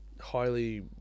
highly